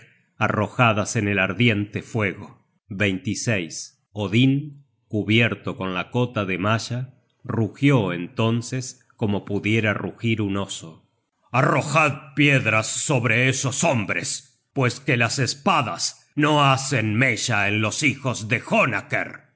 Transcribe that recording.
arrojadas en el ardiente fuego odin cubierto con la cota de malla rugió entonces como pudiera rugir un oso arrojad piedras sobre esos hombres pues que las espadas no hacen meila en los hijos de